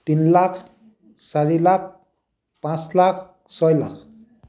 তিনি লাখ চাৰি লাখ পাঁচ লাখ ছয় লাখ